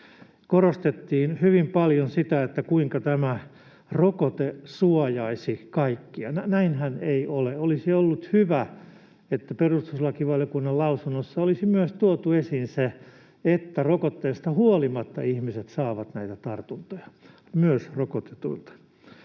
Korostettiin hyvin paljon sitä, kuinka tämä rokote suojaisi kaikkia. Näinhän ei ole. Olisi ollut hyvä, että perustuslakivaliokunnan lausunnossa olisi myös tuotu esiin se, että rokotteista huolimatta ihmiset saavat näitä tartuntoja, myös rokotetuilta.